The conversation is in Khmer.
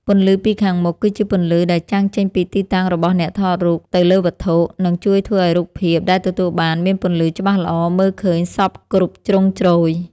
ពន្លឺពីខាងមុខគឺជាពន្លឺដែលចាំងចេញពីទីតាំងរបស់អ្នកថតរូបទៅលើវត្ថុ និង ជួយធ្វើឱ្យរូបភាពដែលទទួលបានមានពន្លឺច្បាស់ល្អមើលឃើញសព្វគ្រប់ជ្រុងជ្រោយ។